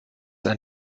ein